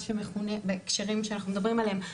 מה שמכונה בהקשרים שאנחנו מדברים עליהם,